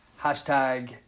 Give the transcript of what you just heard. hashtag